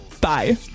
Bye